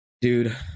dude